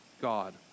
God